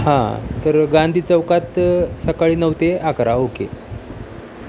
हा तर गांधी चौकात सकाळी नऊ ते अकरा ओके